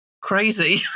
Crazy